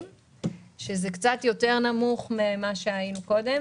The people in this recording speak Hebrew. שזה קצת נמוך יותר ממה שהיינו קודם.